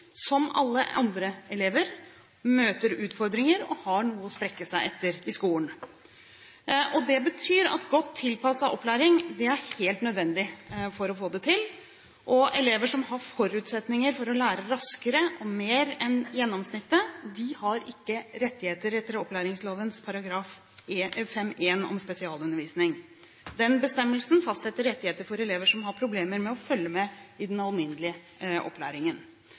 som alle andre elever, møter utfordringer og har noe å strekke seg etter i skolen. Det betyr at god tilpasset opplæring er helt nødvendig for å få det til. Elever som har forutsetninger for å lære raskere og mer enn gjennomsnittet, har ikke rettigheter etter opplæringslovas § 5-1 om spesialundervisning. Den bestemmelsen fastsetter rettigheter for elever som har problemer med å følge med i den alminnelige opplæringen.